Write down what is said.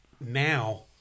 now